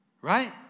Right